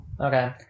Okay